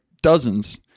dozens